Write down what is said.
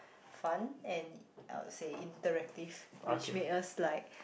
fun and I would say interactive which I made us like